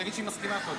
שתגיד שהיא מסכימה קודם.